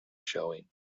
showing